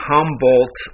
Humboldt